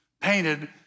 painted